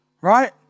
right